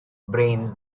brains